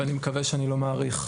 ואני מקווה שאני לא מאריך,